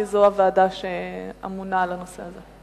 כי זו הוועדה שאמונה על הנושא הזה,